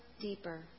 deeper